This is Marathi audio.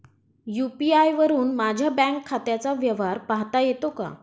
यू.पी.आय वरुन माझ्या बँक खात्याचा व्यवहार पाहता येतो का?